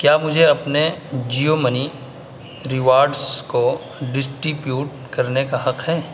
کیا مجھےاپنے Jio money rewards کو ڈسٹیپیوٹ کرنے کا حق ہے